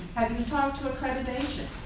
have you talked to accreditation?